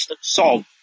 solve